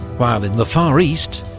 while in the far east,